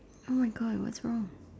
!oh-my-God! what's wrong